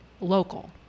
local